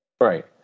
Right